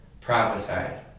prophesied